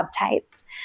subtypes